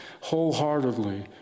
wholeheartedly